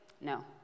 no